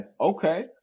okay